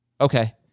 Okay